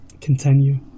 continue